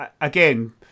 again